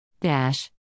dash